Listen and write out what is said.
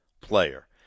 player